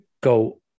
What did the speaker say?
go